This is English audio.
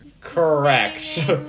Correct